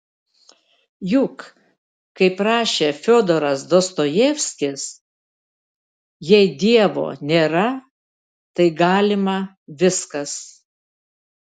juk kaip rašė fiodoras dostojevskis jei dievo nėra tai galima viskas